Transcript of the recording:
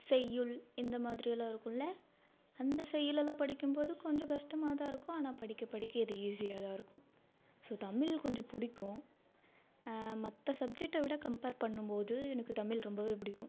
செய்யுள் இந்த மாதிரி எல்லாம் இருக்குதுல்ல அந்த செய்யுள் எல்லாம் படிக்கும் போது கொஞ்சம் கஷ்டமாக தான் இருக்கும் ஆனால் படிக்க படிக்க இது ஈஸியாக தான் இருக்கும் ஸோ தமிழ் கொஞ்சம் பிடிக்கும் மற்ற சப்ஜெக்ட்டை விட கம்பேர் பண்ணும் போது எனக்கு தமிழ் ரொம்ப பிடிக்கும்